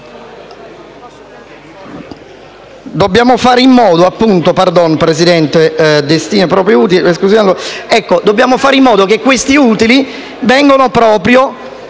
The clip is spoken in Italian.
dobbiamo fare in modo che questi utili vengano solo